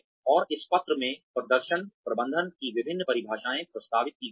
और इस पत्र में प्रदर्शन प्रबंधन की विभिन्न परिभाषाएं प्रस्तावित की गई हैं